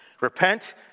Repent